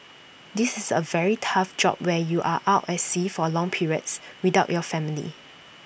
this is A very tough job where you are out at sea for long periods without your family